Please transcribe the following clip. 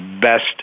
best